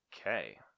Okay